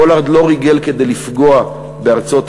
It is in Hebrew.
פולארד לא ריגל כדי לפגוע בארצות-הברית,